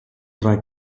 drei